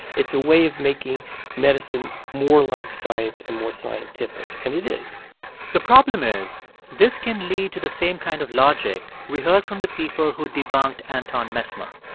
it's a way of making medicine more like science and more scientific. and it is the problem is this can lead to the same kind of logic we heard from the people who debunked anton mesmer.